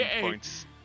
points